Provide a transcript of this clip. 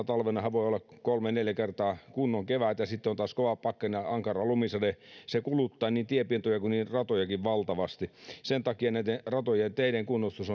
talvenahan voi olla kolme neljä kertaa kunnon kevät ja sitten on taas kova pakkanen ja ankara lumisade se kuluttaa niin tienpintoja kuin ratojakin valtavasti sen takia ratojen ja teiden kunnostus